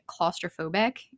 claustrophobic